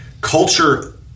Culture